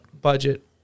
budget